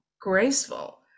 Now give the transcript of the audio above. graceful